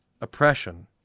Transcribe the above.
oppression